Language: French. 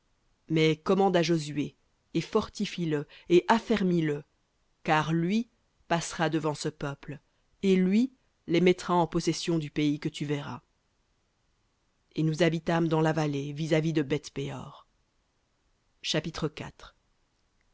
mais commande à josué et fortifie le et affermis le car lui passera devant ce peuple et lui les mettra en possession du pays que tu verras v et nous habitâmes dans la vallée vis-à-vis de beth péor chapitre